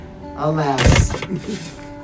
Alas